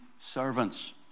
servants